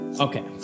Okay